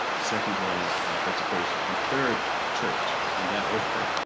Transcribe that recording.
second of all education, and third church in that order